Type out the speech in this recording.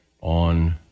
on